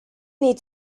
need